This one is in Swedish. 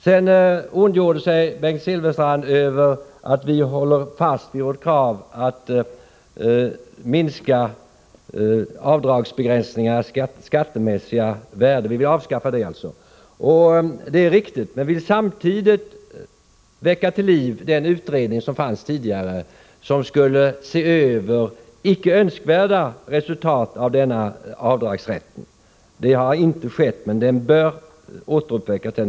Sedan ondgjorde sig Bengt Silfverstrand över att vi håller fast vid vårt krav på att avdragsbegränsningarna skall avskaffas. Det är riktigt, men vi vill samtidigt väcka till liv den utredning som fanns tidigare och som skulle se över icke önskvärda resultat av denna avdragsrätt. Det har inte skett, men den bör alltså återuppväckas.